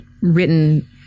written